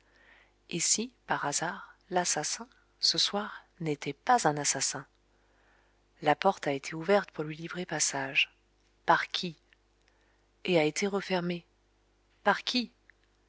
et si par hasard l'assassin ce soir n'était pas un assassin la porte a été ouverte pour lui livrer passage par qui et a été refermée par qui